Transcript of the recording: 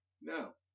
No